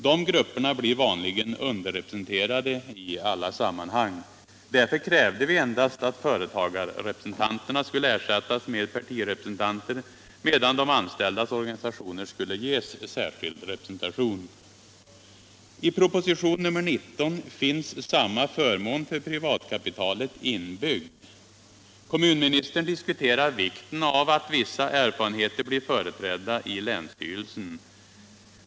De grupperna blir vanligen underrepresenterade i alla sammanhang. Därför krävde vi endast att företagarrepresentanterna skulle ersättas med partirepresentanter, medan de anställdas organisationer skulle ges särskild representation. I propositionen 1976/77:19 finns samma förmån för privatkapitalet inbyggd. Kommunministern diskuterar vikten av att vissa erfarenheter blir företrädda i länsstyrelsen.